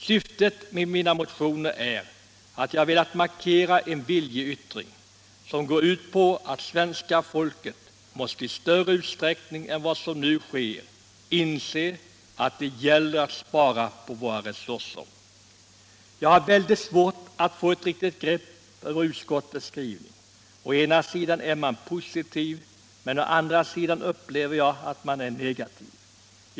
Syftet med mina motioner är att markera en viljeyttring: svenska folket måste i större utsträckning än vad som nu sker inse att det gäller att spara på våra resurser. Jag har väldigt svårt att få något riktigt grepp om utskottets skrivning. Å ena sidan är man positiv, men å andra sidan är man negativ.